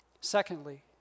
secondly